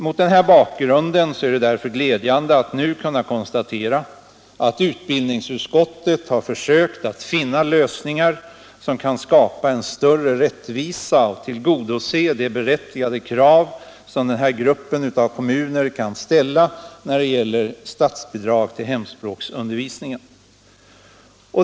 Mot denna bakgrund är det därför glädjande att nu kunna konstatera att utbildningsutskottet har försökt finna lösningar som kan skapa större rättvisa och tillgodose de berättigade krav som den här gruppen av kommuner kan ställa när det gäller statsbidrag till hemspråksundervisningen.